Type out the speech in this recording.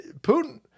Putin